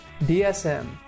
DSM